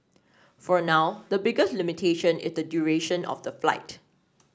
for now the biggest limitation is the duration of the flight